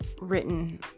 written